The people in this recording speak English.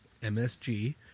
msg